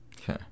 Okay